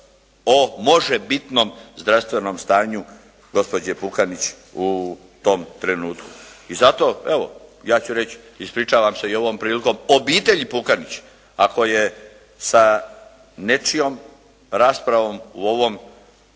o možebitnom zdravstvenom stanju gospođe Pukanić u tom trenutku i zato, evo ja ću reći ispričavam se i ovom prilikom obitelji Pukanić ako je sa nečijom raspravom u ovom